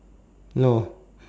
yo